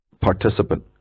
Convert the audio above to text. participant